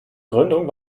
gründung